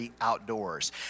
Outdoors